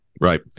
right